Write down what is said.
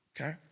Okay